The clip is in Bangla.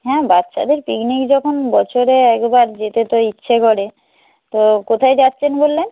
হ্যাঁ বাচ্চাদের পিকনিক যখন বছরে একবার যেতে তো ইচ্ছে করে তো কোথায় যাচ্ছেন বললেন